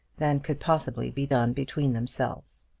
than could possibly be done between themselves.